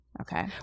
Okay